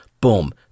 boom